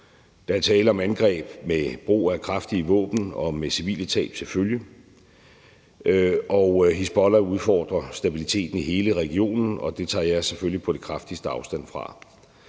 Der er tale om angreb med brug af kraftige våben og med civile tab til følge, og Hizbollah udfordrer stabiliteten i hele regionen, og det tager jeg selvfølgelig på det kraftigste afstand fra.